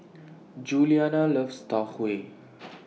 Juliana loves Tau Huay